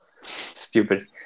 Stupid